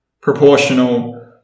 proportional